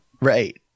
Right